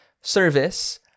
service